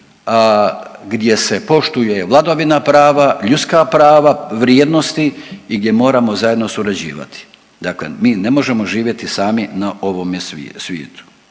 gdje se poštuje vladavina prava, ljudska prava, vrijednosti i gdje moramo zajedno surađivati. Dakle, mi ne možemo živjeti sami na ovome svijetu.